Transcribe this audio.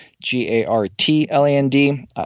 G-A-R-T-L-A-N-D